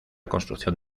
construcción